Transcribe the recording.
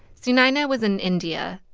sunayana was in india.